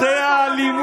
להם מותר.